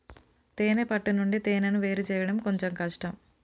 తేనే పట్టు నుండి తేనెను వేరుచేయడం కొంచెం కష్టం